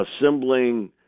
assembling